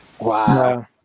Wow